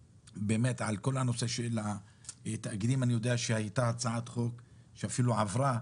באמת על כל הנושא של התאגידים אני יודע שהייתה הצעת חוק שאפילו עברה,